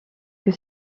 que